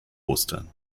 ostern